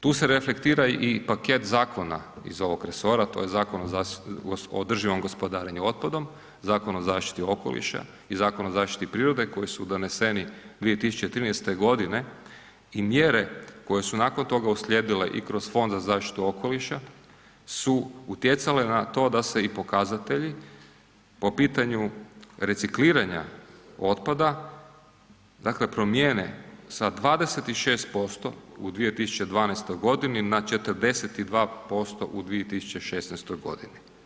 Tu se reflektira i paket zakona iz ovog resora, to je Zakona o održivom gospodarenju otpadom, Zakon o zaštiti okoliša i Zakon o zaštiti prirode koji su doneseni 2013. godine i mjere koje su nakon toga uslijedile i kroz Fond za zaštitu okoliša su utjecale na to da se i pokazatelji po pitanju recikliranja otpada promijene sa 26% u 2012. godini na 42% u 2016. godini.